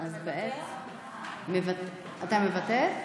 אתה מוותר?